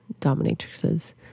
dominatrixes